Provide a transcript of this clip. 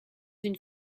une